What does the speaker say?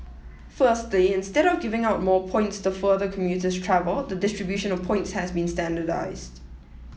firstly instead of giving out more points the further commuters travel the distribution of points has been standardised